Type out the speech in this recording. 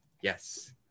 Yes